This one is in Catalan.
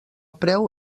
preu